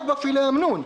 רק בפילה אמנון.